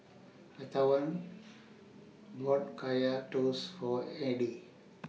Antwain bought Kaya Toast For Audy